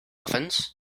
muffins